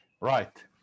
Right